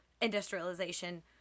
industrialization